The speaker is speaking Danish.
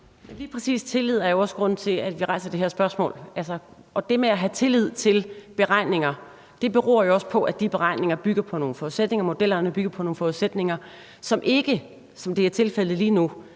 Lige præcis tillid er jo altså også grunden til, at vi rejser det her spørgsmål, og det med at have tillid til beregninger beror jo også på, at de beregninger og modeller bygger på nogle forudsætninger, som ikke, som det er tilfældet lige nu,